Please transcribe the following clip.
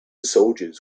soldiers